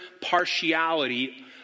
partiality